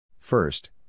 First